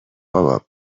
بابا